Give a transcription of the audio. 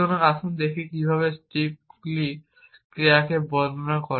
সুতরাং আসুন দেখি কিভাবে স্ট্রিপগুলি ক্রিয়াকে বর্ণনা করে